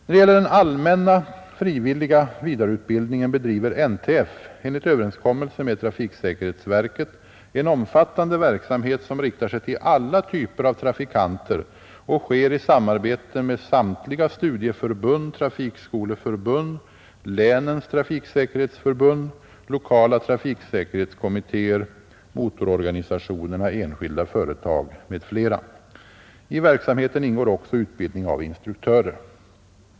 När det gäller den allmänna frivilliga vidareutbildningen bedriver NTF enligt överenskommelse med trafiksäkerhetsverket en omfattande verksamhet, som riktar sig till alla typer av trafikanter och sker i samarbete med samtliga studieförbund, trafikskoleförbund, länens trafiksäkerhetsförbund, lokala trafiksäkerhetskommittéer, motororganisationer, enskilda företag m.fl. I verksamheten ingår också utbildning av instruktörer.